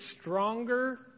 stronger